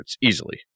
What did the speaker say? easily